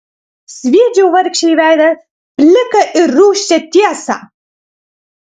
sviedžiau vargšei į veidą pliką ir rūsčią tiesą